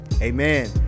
Amen